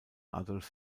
adolf